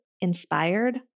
inspired